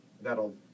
that'll